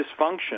dysfunction